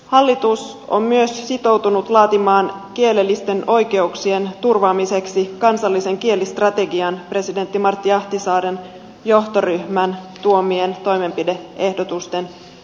hallitus on myös sitoutunut laatimaan kielellisten oikeuksien turvaamiseksi kansallisen kielistrategian presidentti martti ahtisaaren johtoryhmän tuomien toimenpide ehdotusten perusteella